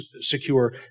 secure